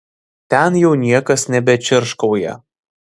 ten jau niekas nebečirškauja